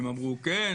אם אמרו כן,